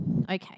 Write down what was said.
okay